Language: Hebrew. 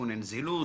סיכוני נזילות,